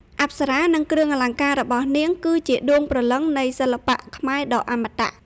អប្សរា និងគ្រឿងអលង្ការរបស់នាង គឺជាដួងព្រលឹងនៃសិល្បៈខ្មែរដ៏អមតៈ។